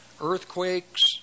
earthquakes